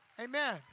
Amen